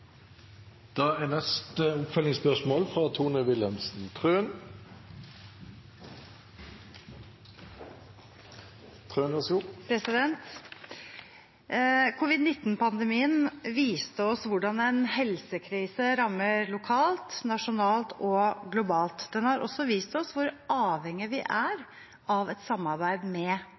Tone Wilhelmsen Trøen – til neste oppfølgingsspørsmål. Covid-19-pandemien viste oss hvordan en helsekrise rammer lokalt, nasjonalt og globalt. Den har også vist oss hvor avhengig vi er av et samarbeid med